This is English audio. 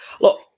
look